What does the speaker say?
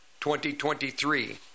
2023